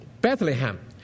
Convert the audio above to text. Bethlehem